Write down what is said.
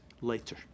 later